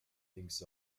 thinks